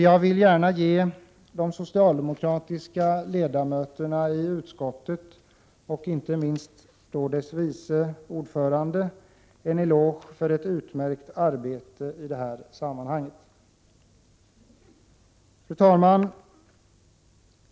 Jag vill ge de socialdemokratiska ledamöterna i utskottet, och inte minst utskottets vice ordförande, en eloge för ett utmärkt arbete i det sammanhanget. Fru talman!